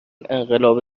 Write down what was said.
انقلاب